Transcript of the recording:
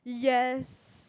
yes